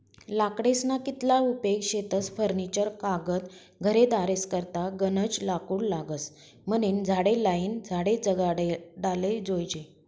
लाकडेस्ना कितला उपेग शेतस फर्निचर कागद घरेदारेस करता गनज लाकूड लागस म्हनीन झाडे लायीन झाडे जगाडाले जोयजे